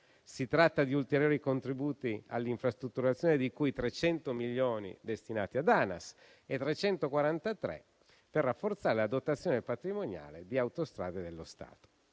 Si tratta di ulteriori contributi all'infrastrutturazione, di cui 300 milioni destinati ad Anas e 343 milioni per rafforzare la dotazione patrimoniale di Autostrade dello Stato.